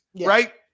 right